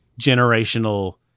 generational